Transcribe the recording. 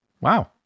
wow